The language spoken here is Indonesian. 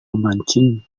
memancing